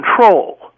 control